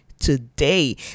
today